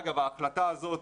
אגב, ההחלטה הזאת